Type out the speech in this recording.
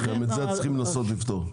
גם את זה צריך לנסות לפתור.